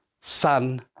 sun